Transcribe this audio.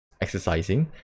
exercising